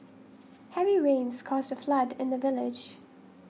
heavy rains caused a flood in the village